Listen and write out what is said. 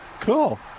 cool